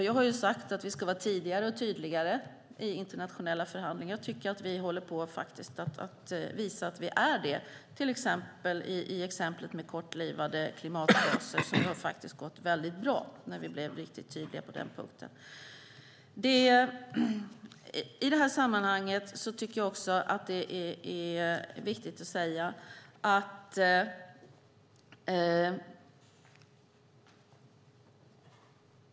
Jag har sagt att vi ska vara tidigare och tydligare i internationella förhandlingar, och jag tycker att vi håller på att visa att vi är det, som i exemplet med kortlivade klimatgaser, där det har gått väldigt bra sedan vi blivit riktigt tydliga på den punkten.